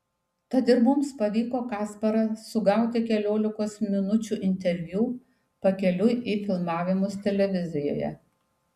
tad ir mums pavyko kasparą sugauti keliolikos minučių interviu pakeliui į filmavimus televizijoje